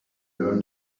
learn